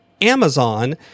Amazon